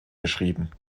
geschrieben